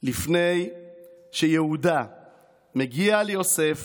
לפני שיהודה מגיע ליוסף